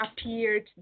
appeared